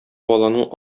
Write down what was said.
баланың